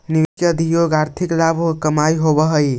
निवेश के उद्देश्य आर्थिक लाभ कमाएला होवऽ हई